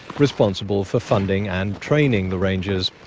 responsible for funding and training the rangers.